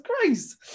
Christ